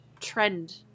trend